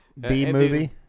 B-movie